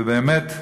ובאמת,